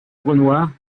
renoir